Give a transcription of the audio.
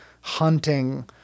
hunting